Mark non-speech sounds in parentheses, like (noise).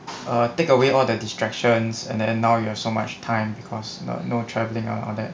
(noise) take away all the distractions and then and now you have so much time because no no travelling and all that